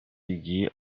ilgiyi